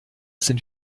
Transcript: sind